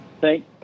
Thank